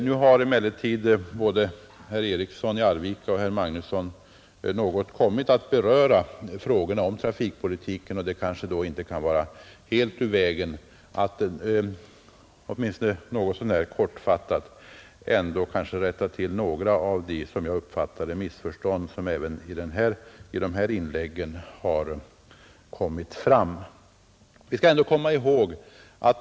Nu har dock både herr Eriksson och herr Magnusson berört trafikpolitiken något, och då kanske det inte är helt ur vägen att jag något så när kortfattat rättar till en del av de missförstånd som enligt min mening har kommit till uttryck även i dessa inlägg.